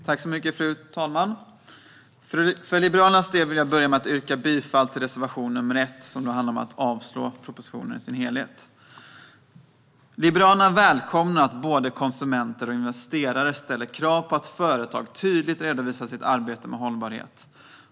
Fru talman! För Liberalernas del vill jag börja med att yrka bifall till reservation nr 1 som handlar om att avslå propositionen i dess helhet. Liberalerna välkomnar att både konsumenter och investerare ställer krav på att företag tydligt redovisar sitt arbete med hållbarhet.